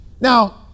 Now